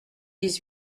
dix